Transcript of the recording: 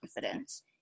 confidence